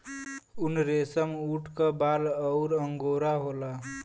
उनरेसमऊट क बाल अउर अंगोरा होला